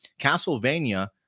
Castlevania